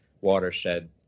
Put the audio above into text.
watershed